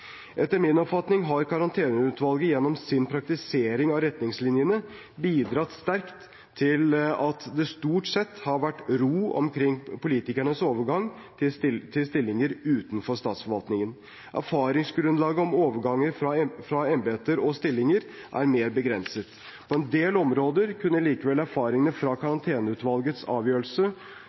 Etter min oppfatning har Karanteneutvalget gjennom sin praktisering av retningslinjene bidratt sterkt til at det stort sett har vært ro omkring politikernes overgang til stillinger utenfor statsforvaltningen. Erfaringsgrunnlaget om overganger fra embeter og stillinger er mer begrenset. På en del områder kunne likevel erfaringene fra